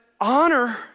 honor